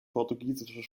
portugiesischer